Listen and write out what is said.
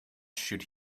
should